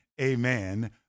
amen